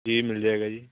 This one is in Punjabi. ਜੀ ਮਿਲ ਜਾਏਗਾ ਜੀ